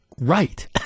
right